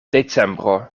decembro